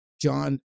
John